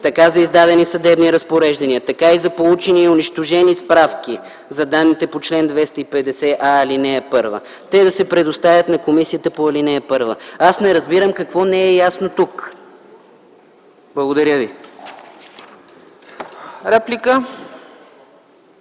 така за издадени съдебни разпореждания, така и за получени и унищожени справки за данните по чл. 250а, ал. 1 - те да се предоставят на комисията по ал. 1. Аз не разбирам какво не е ясно тук. Благодаря ви.